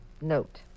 note